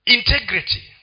Integrity